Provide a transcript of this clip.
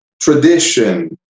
tradition